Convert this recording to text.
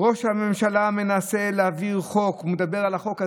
"ראש הממשלה מנסה להעביר חוק" הוא מדבר על החוק הזה,